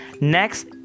Next